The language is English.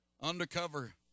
Undercover